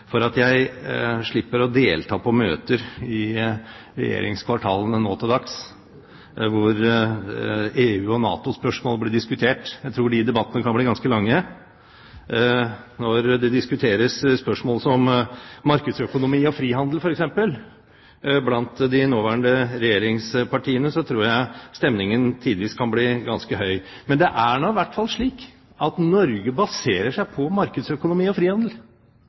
for at jeg slipper å delta på møter i regjeringskvartalene nå til dags når EU- og NATO-spørsmål blir diskutert. Jeg tror de debattene kan bli ganske lange. Når det diskuteres spørsmål som markedsøkonomi og frihandel f.eks. blant de nåværende regjeringspartiene, tror jeg stemningen tidvis kan bli ganske høy. Men det er nå i hvert fall slik at Norge baserer seg på markedsøkonomi og frihandel.